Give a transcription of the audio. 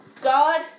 God